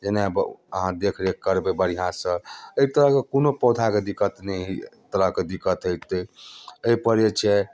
जे नहि अहाँ देखरेख करबै बढ़िआँसँ एक तरहके कोनो पौधाके दिक्कत नहि तरहके दिक्कत हेतै अइ पर जे छै